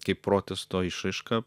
kaip protesto išraišką